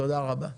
תודה רבה.